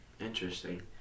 interesting